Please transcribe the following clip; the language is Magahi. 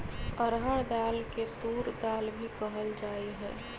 अरहर दाल के तूर दाल भी कहल जाहई